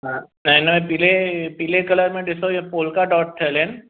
हा त हिन पीले पीले कलर में ॾिसो इहो पोलका डॉट ठहियल आहिनि